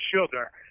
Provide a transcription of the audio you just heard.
sugar